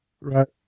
Right